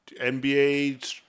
NBA